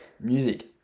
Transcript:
Music